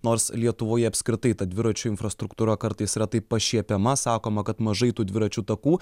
nors lietuvoje apskritai ta dviračių infrastruktūra kartais yra taip pašiepiama sakoma kad mažai tų dviračių takų